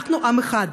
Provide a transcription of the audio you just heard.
אנחנו עם אחד.